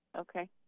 Okay